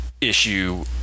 issue